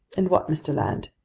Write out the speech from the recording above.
and what, mr. land?